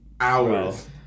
Hours